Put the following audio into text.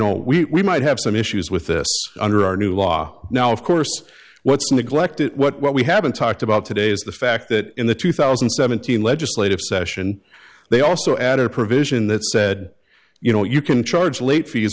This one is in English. know we might have some issues with this under our new law now of course what's neglected what we haven't talked about today is the fact that in the two thousand and seventeen legislative session they also added a provision that said you know you can charge late fees